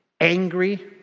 angry